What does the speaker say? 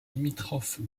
limitrophe